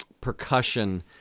percussion